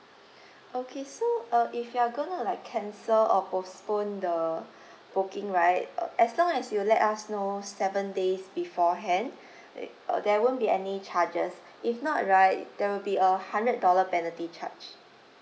okay so uh if you're gonna like cancel or postpone the booking right uh as long as you let us know seven days beforehand it uh there won't be any charges if not right there will be a hundred dollar penalty charge